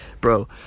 bro